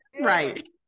Right